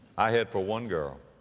i head for one girl